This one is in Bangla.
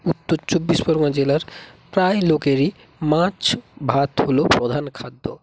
উত্তর চব্বিশ পরগনা জেলার প্রায় লোকেরই মাছ ভাত হল প্রধান খাদ্য